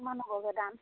কিমান হ'বগে দাম